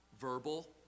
verbal